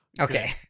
okay